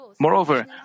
Moreover